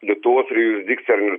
lietuvos jurisdikcija ar ne